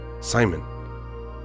Simon